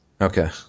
Okay